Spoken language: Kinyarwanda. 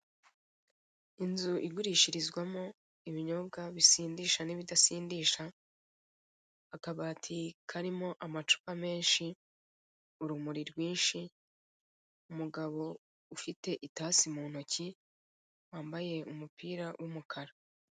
Inzu igurishirizwamo ibinyobwa bisindisha n'ibidasindisha akabati karimo amacupa menshi, urumuri rwinshi, umugabo ufite itasi mu ntoki wambaye umupira w'umukara.